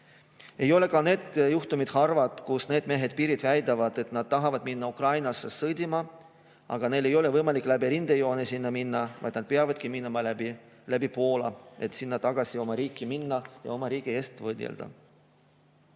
Ei ole harvad needki juhtumid, kus mehed piiril väidavad, et nad tahavad minna Ukrainasse sõdima, aga neil ei ole võimalik minna läbi rindejoone, vaid nad peavadki minema läbi Poola, et jõuda tagasi oma riiki minna ja oma riigi eest võidelda.